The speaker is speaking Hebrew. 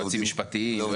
יועצים משפטיים --- לא,